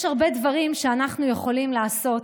יש הרבה דברים שאנחנו יכולים לעשות,